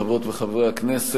חברות וחברי הכנסת,